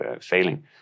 failing